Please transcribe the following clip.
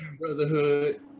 brotherhood